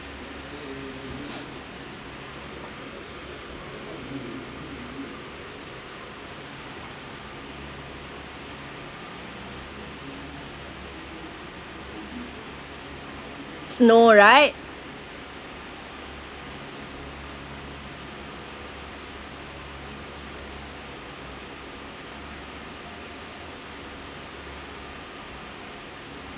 snow right